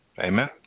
Amen